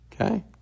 Okay